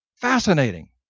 fascinating